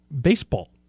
baseball